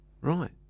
Right